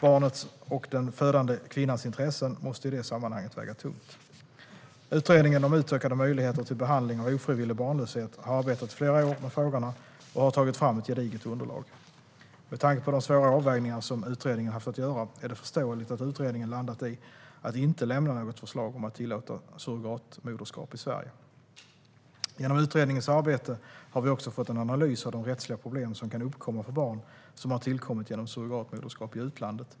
Barnets och den födande kvinnans intressen måste i det sammanhanget väga tungt. Utredningen om utökade möjligheter till behandling av ofrivillig barnlöshet har arbetat i flera år med frågorna och har tagit fram ett gediget underlag. Med tanke på de svåra avvägningar som utredningen haft att göra är det förståeligt att utredningen landat i att inte lämna något förslag om att tillåta surrogatmoderskap i Sverige. Genom utredningens arbete har vi också fått en analys av de rättsliga problem som kan uppkomma för barn som har tillkommit genom surrogatmoderskap i utlandet.